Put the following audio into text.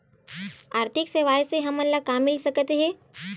आर्थिक सेवाएं से हमन ला का मिल सकत हे?